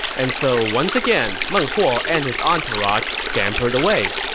and so once again, meng huo and his entourage scampered away.